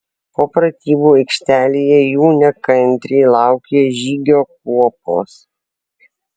o pratybų aikštelėje jų nekantriai laukė žygio kuopos